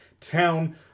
Town